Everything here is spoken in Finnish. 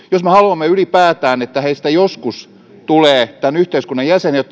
jos me ylipäätään haluamme että heistä joskus tulee tämän yhteiskunnan jäseniä